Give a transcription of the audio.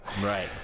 Right